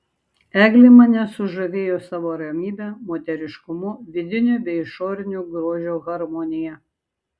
eglė mane sužavėjo savo ramybe moteriškumu vidinio bei išorinio grožio harmonija